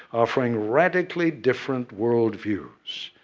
offering radically different worldviews.